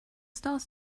stars